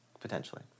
potentially